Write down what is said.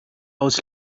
aus